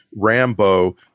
Rambo